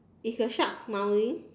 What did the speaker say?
is your shark smiling